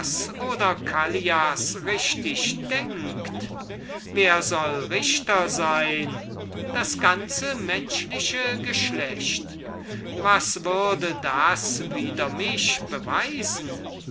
oder callias richtig denkt wer soll richter sein das ganze menschliche geschlecht was würde das wider mich beweisen